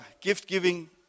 gift-giving